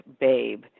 babe